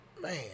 man